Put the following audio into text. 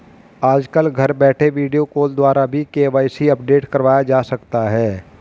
आजकल घर बैठे वीडियो कॉल द्वारा भी के.वाई.सी अपडेट करवाया जा सकता है